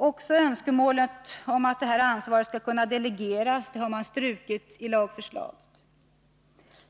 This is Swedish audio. Också önskemålet om att detta ansvar skall kunna delegeras har man strukit i lagförslaget.